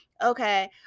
okay